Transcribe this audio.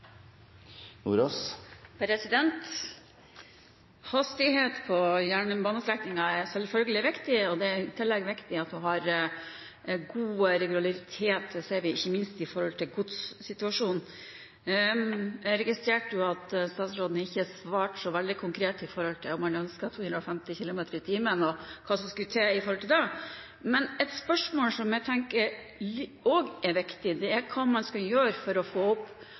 selvfølgelig viktig. Det er i tillegg viktig å ha god regularitet, det ser vi ikke minst når det gjelder godssituasjonen. Jeg registrerte at statsråden ikke svarte så veldig konkret på om han ønsket 250 km/t og hva som skulle til med hensyn til det. Men et spørsmål som jeg tenker også er viktig, er hva man skal gjøre for å få opp